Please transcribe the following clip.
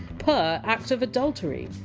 per act of adultery!